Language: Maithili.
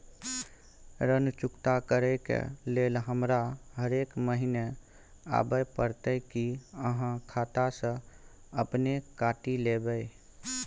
ऋण चुकता करै के लेल हमरा हरेक महीने आबै परतै कि आहाँ खाता स अपने काटि लेबै?